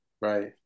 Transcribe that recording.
Right